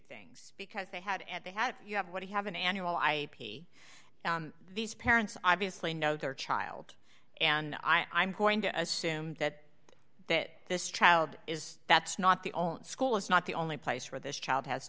things because they had at they had you have what do you have an annual i p these parents obviously know their child and i'm going to assume that that this child is that's not the only school it's not the only place where this child has